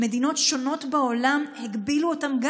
במדינות שונות בעולם הגבילו גם אותן.